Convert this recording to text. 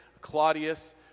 Claudius